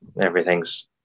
everything's